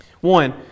One